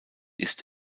ist